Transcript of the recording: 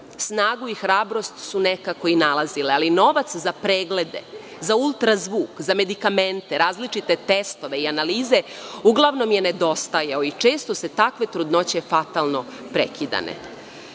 Snagu i hrabrost su nekako i nalazile, ali novac za preglede, za ultrazvuk, za medikamente, različite testove i analize uglavnom je nedostajao. Često se takve trudnoće fatalno prekidane. Treća